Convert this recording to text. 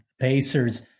Pacers